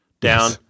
down